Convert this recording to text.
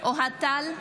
אוהד טל,